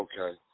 Okay